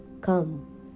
come